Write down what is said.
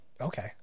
Okay